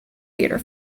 theatre